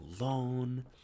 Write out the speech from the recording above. alone